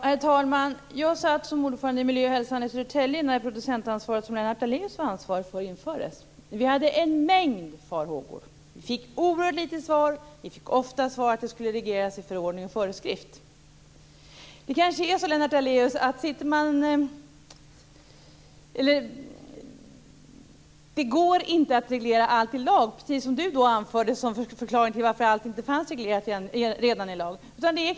Herr talman! Jag satt som ordförande för miljö och hälsa i Södertälje när det producentansvar som Lennart Daléus var ansvarig för infördes. Vi hade en mängd farhågor, men vi fick oerhört litet svar. Ofta fick vi svaret att det hela skulle regleras i förordningar och föreskrifter. Det kanske är så, Lennart Daléus, att det inte går att reglera allt i lag. Det anförde ju Lennart Daléus som förklaring till varför allt inte fanns reglerat redan i lagen.